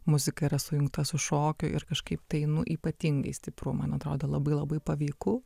muzika yra sujungta su šokiu ir kažkaip tai nu ypatingai stipru man atrodo labai labai paveiku